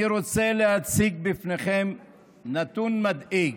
אני רוצה להציג בפניכם נתון מדאיג.